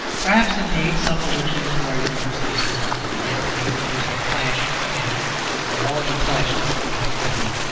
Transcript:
perhaps, indeed, some allusion to our university system, and to the universal clash in it of all the classes of the community,